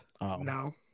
No